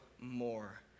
more